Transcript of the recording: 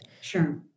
Sure